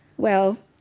well,